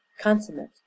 Consummate